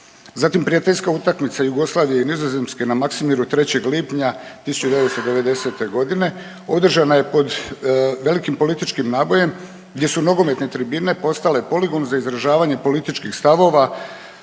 prijateljska utakmica Jugoslavije i Nizozemske na Maksimiru 3. lipnja 1990. godine održana je pod velikim političkim nabojem gdje su nogometne tribine postale poligon za izražavanje političkih stavova